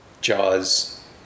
Jaws